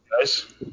guys